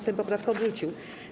Sejm poprawkę odrzucił.